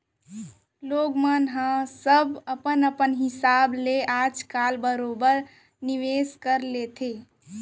लोगन मन ह सब अपन अपन हिसाब ले आज काल बरोबर निवेस कर ही लेथे